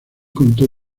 contó